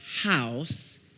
house